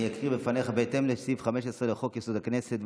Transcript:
בהתאם לסעיף 15 לחוק-יסוד: הכנסת,